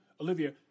Olivia